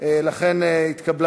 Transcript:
לכן התקבלה